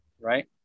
right